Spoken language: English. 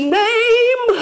name